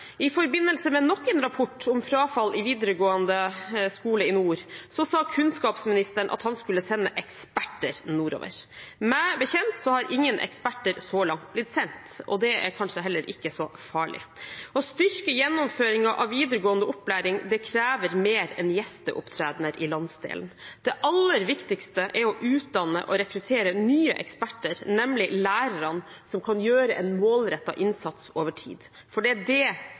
i forbindelse med nok en rapport om frafall i den videregående skolen i nord – sa kunnskapsministeren at han skulle sende eksperter nordover. Meg bekjent har ingen eksperter så langt blitt sendt, og det er kanskje heller ikke så farlig. Å styrke gjennomføringen av videregående opplæring krever mer enn gjesteopptredener i landsdelen. Det aller viktigste er å utdanne og rekruttere nye eksperter, nemlig lærere som kan gjøre en målrettet innsats over tid. Det er det